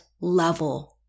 level